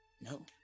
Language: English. No